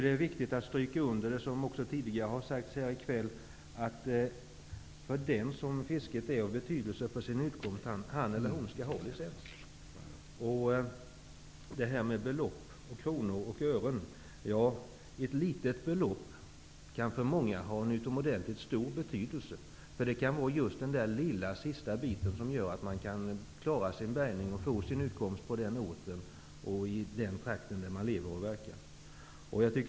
Det är viktigt att stryka under, som tidigare här har sagts i kväll, att den som har fisket som sin utkomst skall ha licens. Beträffande detta med belopp, kronor och ören, kan ett litet belopp för många ha en utomordentligt stor betydelse, därför att det kan vara just den där lilla sista biten som gör att man klarar sin bärgning och får sin utkomst på den ort och i den trakt där man lever och verkar.